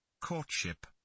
Courtship